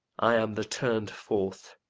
i am the turned forth,